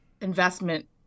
investment